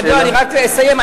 לא, אני רק אסיים.